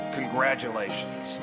Congratulations